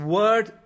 word